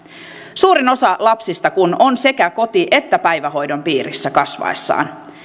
suurin osa lapsista kun on sekä koti että päivähoidon piirissä kasvaessaan